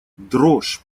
дрожь